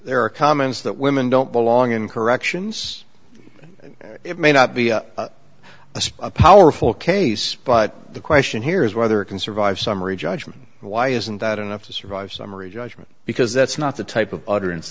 there are comments that women don't belong in corrections it may not be a spur powerful case but the question here is whether it can survive summary judgment why isn't that enough to survive summary judgment because that's not the type of